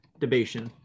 debation